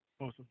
Awesome